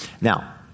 Now